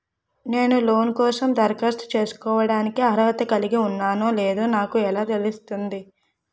నేను లోన్ కోసం దరఖాస్తు చేసుకోవడానికి అర్హత కలిగి ఉన్నానో లేదో నాకు ఎలా తెలుస్తుంది?